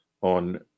on